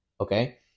okay